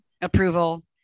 Approval